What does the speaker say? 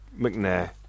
McNair